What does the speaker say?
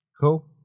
Cool